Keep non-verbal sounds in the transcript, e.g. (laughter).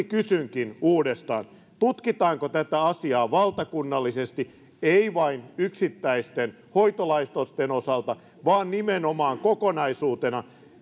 (unintelligible) kysynkin uudestaan tutkitaanko tätä asiaa valtakunnallisesti ei vain yksittäisten hoitolaitosten osalta vaan nimenomaan kokonaisuutena